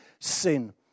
sin